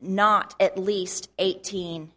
not at least eighteen